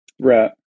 Right